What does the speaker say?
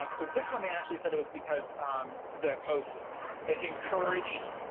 ah but this one, they actually said it was because the post encouraged